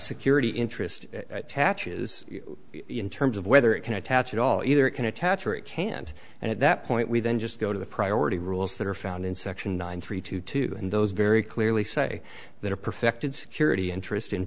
security interest taxes in terms of whether it can attach at all either it can attach or it can't and at that point we then just go to the priority rules that are found in section nine three two two and those very clearly say that a perfected security interest in